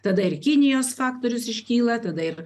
tada ir kinijos faktorius iškyla tada ir